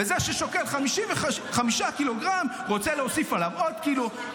וזה ששוקל 55 קילוגרם רוצה להוסיף עליו עוד קילו,